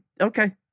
okay